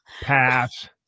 pass